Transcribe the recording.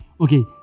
okay